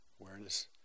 Awareness